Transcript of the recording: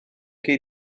gei